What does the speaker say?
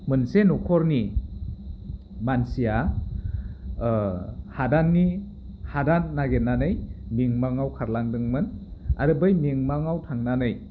मोनसे न'खरनि मानसिया हादाननि हादान नागिरनानै मिमाङाव खारलांदोंमोन आरो बै मिमाङाव थांनानै